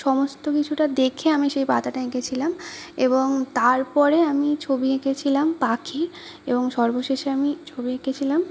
সমস্ত কিছুটা দেখে আমি সে পাতাটা এঁকেছিলাম এবং তারপরে আমি ছবি এঁকেছিলাম পাখি এবং সর্বশেষে আমি ছবি এঁকেছিলাম